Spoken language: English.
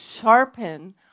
sharpen